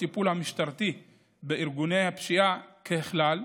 הטיפול המשטרתי בארגוני הפשיעה: ככלל,